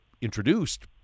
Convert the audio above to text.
introduced